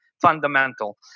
fundamental